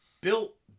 built